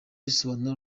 risobanura